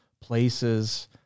places